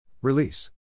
Release